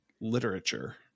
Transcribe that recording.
literature